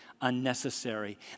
unnecessary